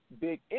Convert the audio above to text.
big